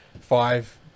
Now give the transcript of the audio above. five